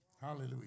Hallelujah